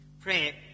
Pray